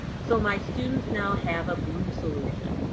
so my students now have a blue solution.